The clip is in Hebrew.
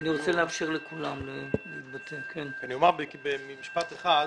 אני אומר במשפט אחד.